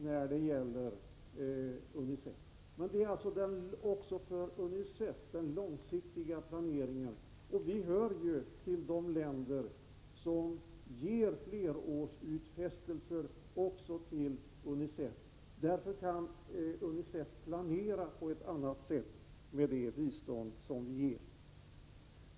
Men även för UNICEF gäller det ju den långsiktiga planeringen, och vi hör till de länder som ger flerårsutfästelser även till UNICEF. Därigenom kan UNICEF på ett annat sätt planera för det bistånd som vi ger.